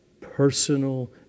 personal